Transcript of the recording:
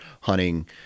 hunting